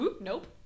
nope